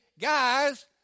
guys